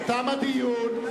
הדיון.